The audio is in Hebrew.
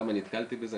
למה נתקלתי בזה?